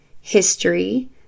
history